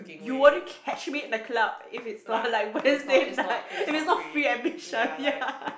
you won't catch me in a club if it's not like Wednesday night if it's not free admission ya